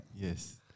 Yes